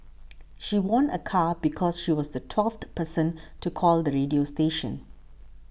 she won a car because she was the twelfth person to call the radio station